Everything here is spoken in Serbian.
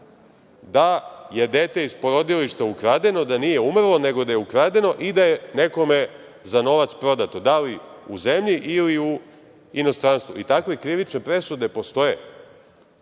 da je dete iz porodilišta ukradeno, da nije umrlo nego da je ukradeno i da je nekome za novac prodato, da li u zemlji ili u inostranstvu. Takve krivične presude postoje.